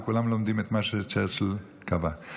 וכולם לומדים את מה שצ'רצ'יל קבע.